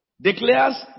declares